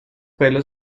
pelo